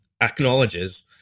acknowledges